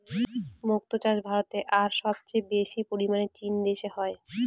মক্তো চাষ ভারতে আর সবচেয়ে বেশি পরিমানে চীন দেশে হয়